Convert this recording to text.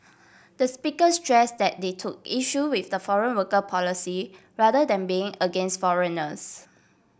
the speaker stress that they took issue with the foreign worker policy rather than being against foreigners